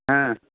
हा